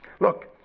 Look